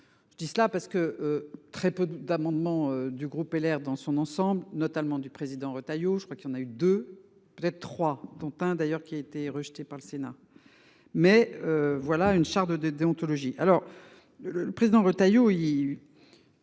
Je dis cela parce que. Très peu d'amendements du groupe LR dans son ensemble notamment du président Retailleau. Je crois qu'il y en a eu deux vous trois, dont un d'ailleurs qui a été rejetée par le Sénat. Mais voilà une charte de déontologie. Alors le le le président Retailleau il.